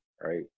right